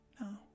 No